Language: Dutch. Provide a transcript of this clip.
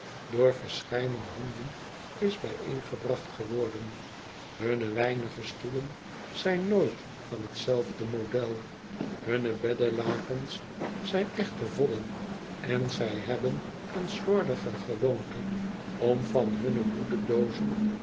door verscheidene handen is bijeengebracht geworden hunne weinige stoelen zijn nooit van t zelfde model hunne beddelakens zijn echte vodden en zij hebben een slordige gewoonte om van hunne